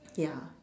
ya